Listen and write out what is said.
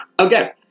Okay